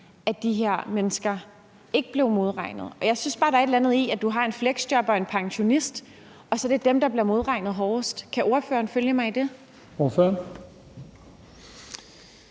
at de her mennesker ikke blev modregnet. Jeg synes bare, der er et eller andet i, at du har en fleksjobber og en pensionist, og så er det dem, der bliver modregnet hårdest. Kan ordføreren følge mig i det? Kl.